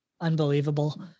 unbelievable